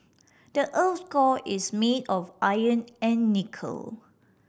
the earth core is made of iron and nickel